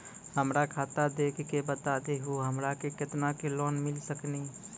हमरा खाता देख के बता देहु हमरा के केतना के लोन मिल सकनी?